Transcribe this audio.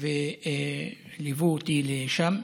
וליוו אותי לשם.